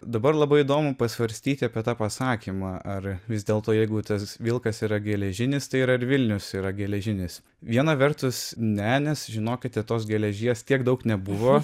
dabar labai įdomu pasvarstyti apie tą pasakymą ar vis dėlto jeigu tas vilkas yra geležinis tai ar vilnius yra geležinis viena vertus ne nes žinokite tos geležies tiek daug nebuvo